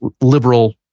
liberal